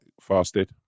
fasted